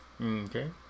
Okay